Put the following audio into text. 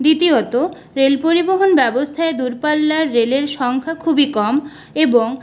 দ্বিতীয়ত রেল পরিবহন ব্যবস্থায় দূরপাল্লার রেলের সংখ্যা খুবই কম এবং